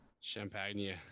Champagne